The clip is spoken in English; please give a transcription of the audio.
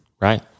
right